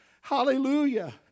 Hallelujah